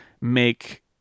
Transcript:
make